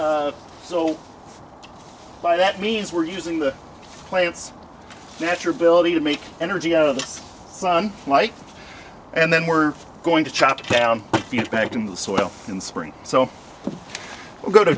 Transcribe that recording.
so by that means we're using the play its natural ability to make energy out of the sun like and then we're going to chop down back in the soil in spring so we go to